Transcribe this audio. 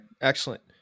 excellent